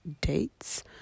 dates